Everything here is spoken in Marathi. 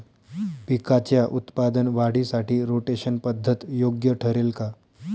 पिकाच्या उत्पादन वाढीसाठी रोटेशन पद्धत योग्य ठरेल का?